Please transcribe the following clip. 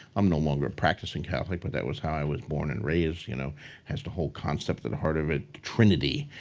i'm no longer a practicing catholic, but that was how i was born and raised, you know has the whole concept. the the heart of the trinity,